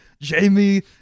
jamie